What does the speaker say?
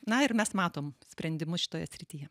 na ir mes matom sprendimus šitoje srityje